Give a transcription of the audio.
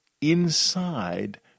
inside